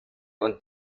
und